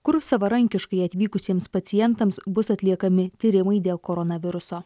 kur savarankiškai atvykusiems pacientams bus atliekami tyrimai dėl koronaviruso